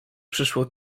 przyszło